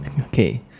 Okay